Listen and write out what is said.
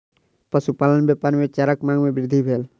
पशुपालन व्यापार मे चाराक मांग मे वृद्धि भेल